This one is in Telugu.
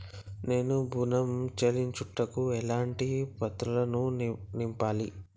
నేను ఋణం చెల్లించుటకు ఎలాంటి పత్రాలను నింపాలి?